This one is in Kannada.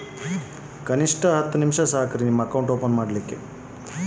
ಅಕೌಂಟ್ ಓಪನ್ ಮಾಡಲು ಎಷ್ಟು ದಿನ ಕಾಯಬೇಕು?